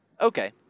Okay